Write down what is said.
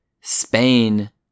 Spain